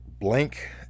blank